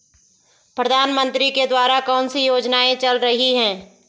प्रधानमंत्री के द्वारा कौनसी योजनाएँ चल रही हैं?